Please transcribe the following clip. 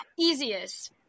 Easiest